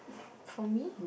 for me